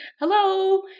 Hello